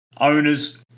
owners